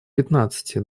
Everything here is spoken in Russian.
пятнадцати